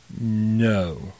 No